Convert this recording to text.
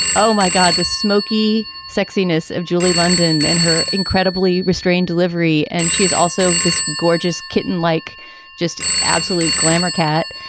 oh, my god. the smoky sexiness of julie london and her incredibly restrained delivery and she is also this gorgeous kitten like just absolute glamour cat.